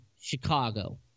Chicago